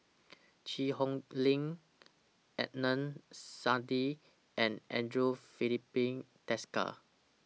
Cheang Hong Lim Adnan Saidi and Andre Filipe Desker